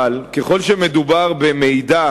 אבל, ככל שמדובר במידע